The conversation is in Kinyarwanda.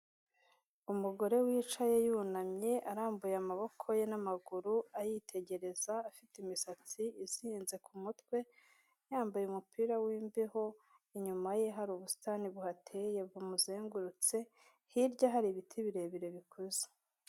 Umugore wicaye yunamye arambuye amaboko ye n'amaguru ayitegereza, afite imisatsi izinze ku mutwe, yambaye umupira w'imbeho, inyuma ye hari ubusitani buhateye bumuzengurutse, hirya hari ibiti birebire bikuze.